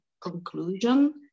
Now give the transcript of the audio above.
conclusion